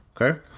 okay